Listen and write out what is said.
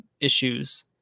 issues